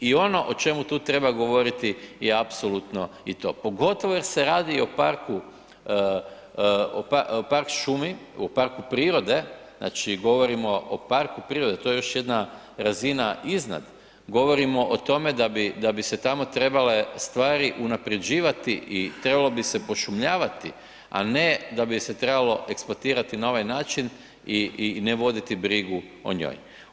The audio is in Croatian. I ono o čemu tu treba govoriti je apsolutno i to pogotovo jer se radi o park šumi, o parku prirode, znači govorimo o parku prirode, to je još jedna razina iznad, govorimo o tome da bi se tamo trebale stvari unaprjeđivati i trebalo bi se pošumljavati a ne da bi je se trebalo eksploatirati na ovaj način i ne voditi brigu o njoj.